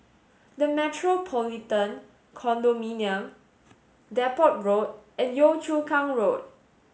the Metropolitan Condominium Depot Road and Yio Chu Kang Road